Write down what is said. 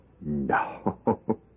No